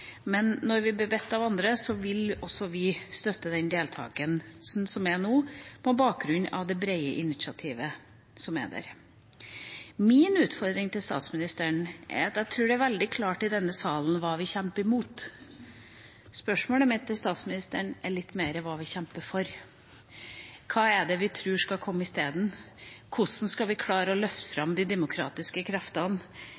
men når vi blir bedt av andre, vil også vi støtte den deltakelsen som er nå, på bakgrunn av det breie initiativet som er der. Min utfordring til statsministeren er at jeg tror det er veldig klart for denne salen hva vi kjemper imot. Spørsmålet mitt til statsministeren dreier seg litt mer om hva vi kjemper for. Hva er det vi tror skal komme isteden? Hvordan skal vi klare å løfte